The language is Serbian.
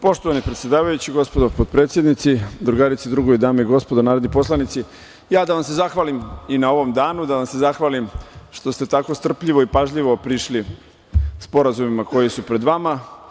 Poštovani predsedavajući, gospodo potpredsednici, drugarice i drugovi, dame i gospodo narodni poslanici, da vam se zahvalim i na ovom danu, da vam se zahvalim što ste tako strpljivo i pažljivo prišli sporazumima koji su pred vama.